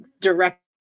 direct